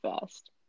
first